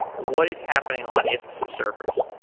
what is happening on ifttt's servers?